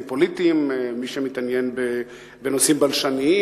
פוליטיים ולמי שמתעניין בנושאים בלשניים.